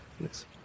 yes